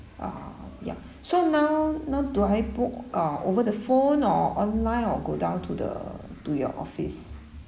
ah ya so now now do I book uh over the phone or online or go down to the to your office